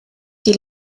die